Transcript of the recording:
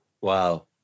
Wow